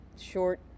short